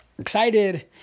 Excited